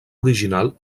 original